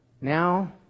Now